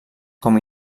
com